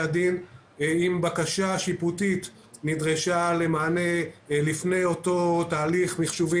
הדין אם בקשה שיפוטית נדרשה למענה לפני אותו תהליך מחשובי,